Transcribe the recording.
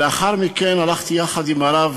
לאחר מכן הלכתי יחד עם הרב